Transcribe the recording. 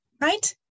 Right